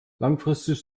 langfristig